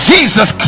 Jesus